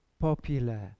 Popular